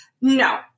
no